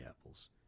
apples